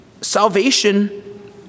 Salvation